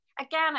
again